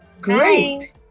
Great